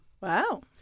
Wow